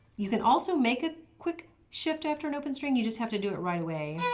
you can also make a quick shift after an open string you just have to do it right away.